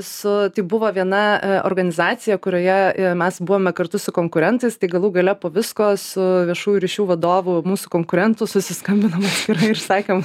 su tai buvo viena organizacija kurioje mes buvome kartu su konkurentais tai galų gale po visko su viešųjų ryšių vadovu mūsų konkurentu susiskambinom atskirai ir sakėm